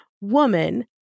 woman